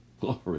glory